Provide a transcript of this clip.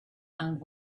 and